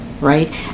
right